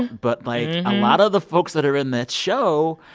but, like, a lot of the folks that are in that show.